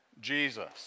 Jesus